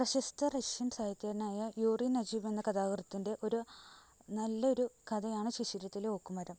പ്രശസ്ത റഷ്യൻ സാഹിത്യകാരനായ യൂറിൻ നജീബ് എന്ന കഥാകൃത്തിൻ്റെ ഒരു നല്ലൊരു കഥയാണ് ശിശിരത്തിലെ ഓക്കുമരം